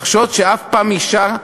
לחשוד שאף פעם אישה,